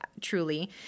truly